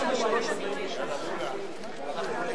חקיקה)